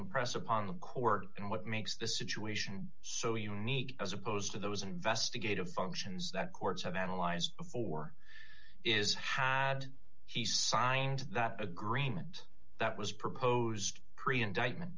impress upon the court and what makes this situation so unique as opposed to those investigative functions that courts have analyzed before is had he signed that agreement that was proposed